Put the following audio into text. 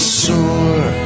sore